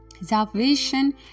salvation